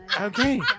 Okay